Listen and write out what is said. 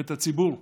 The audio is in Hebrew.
את הציבור,